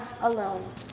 alone